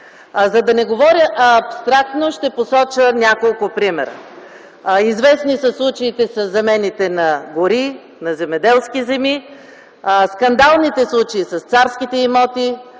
За да не говоря абстрактно, ще посоча няколко примера. Известни са случаите със замените на гори, на земеделски земи, скандалните случаи с царските имоти,